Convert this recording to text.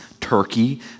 turkey